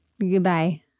Goodbye